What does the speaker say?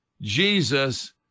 Jesus